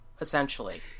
essentially